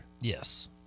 Yes